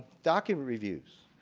document reviews.